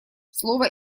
слово